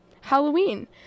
Halloween